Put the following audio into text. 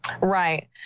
Right